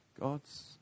God's